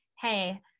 hey